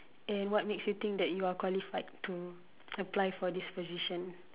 and what makes you think that you are qualified to apply for this position